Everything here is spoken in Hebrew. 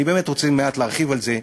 אני באמת רוצה להרחיב על זה מעט,